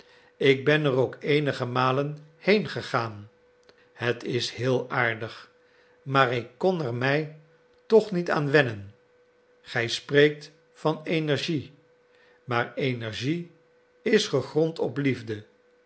ik ben er ook eenige malen heengegaan het is heel aardig maar ik kon er mij toch niet aan wennen gij spreekt van energie maar energie is gegrond op liefde